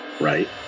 right